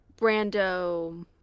Brando